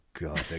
God